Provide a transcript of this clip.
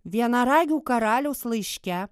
vienaragių karaliaus laiške